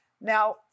Now